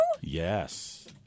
Yes